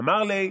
"אמר ליה"